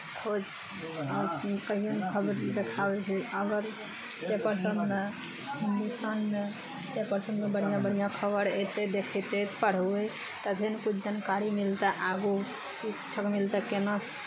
खोज आज दिन कहियो ने खबरमे देखाबै छै अगर पेपर सभमे हिन्दुस्तानमे पेपर सभमे बढ़िआँ बढ़िआँ खबर एतय देखैत पढ़बै तभे ने किछु जानकारी मिलतै आगू शिक्षक मिलतै केना